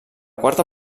quarta